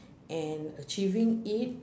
and achieving it